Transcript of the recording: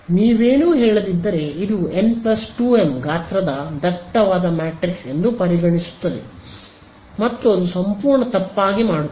ನೀವೇನೂ ಹೇಳದಿದ್ದರೆ ಇದು n 2m ಗಾತ್ರದ ದಟ್ಟವಾದ ಮ್ಯಾಟ್ರಿಕ್ಸ್ ಎಂದು ಪರಿಗಣಿಸುತ್ತದೆ ಮತ್ತು ಅದು ಸಂಪೂರ್ಣ ತಪ್ಪಾಗಿ ಮಾಡುತ್ತದೆ